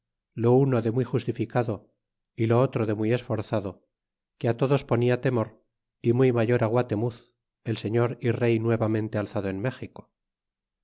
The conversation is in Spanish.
lo uno de muy justificado y lo otro de muy esforzado que todos ponia temor y muy mayor guatemuz el señor y rey nuevamente alzado en méxico